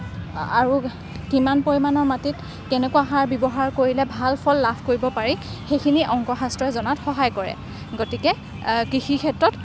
আৰু কিমান পৰিমাণৰ মাটিত কেনেকুৱা সাৰ ব্যৱহাৰ কৰিলে ভাল ফল লাভ কৰিব পাৰি সেইখিনি অংক শাস্ত্ৰই জনাত সহায় কৰে গতিকে কৃষিক্ষেত্ৰত